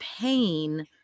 pain